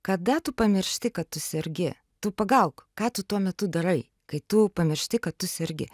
kada tu pamiršti kad tu sergi tu pagauk ką tu tuo metu darai kai tu pamiršti kad tu sergi